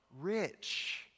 rich